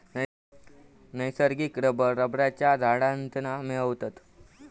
नैसर्गिक रबर रबरच्या झाडांतना मिळवतत